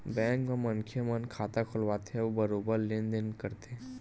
bank म मनखे मन खाता खोलवाथे अउ बरोबर लेन देन करथे